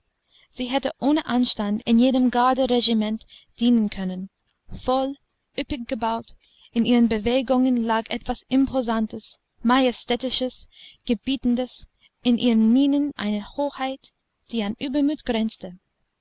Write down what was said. sie hätte ohne anstand in jedem garderegiment dienen können voll üppig gebaut in ihren bewegungen lag etwas imposantes majestätisches gebietendes in ihren mienen eine hoheit die an übermut grenzte